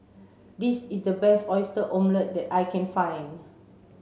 this is the best oyster omelette that I can find